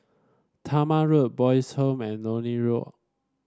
Talma Road Boys' Home and Lornie Road